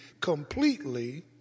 completely